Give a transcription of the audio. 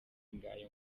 ngayo